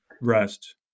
rest